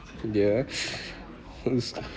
yucks gross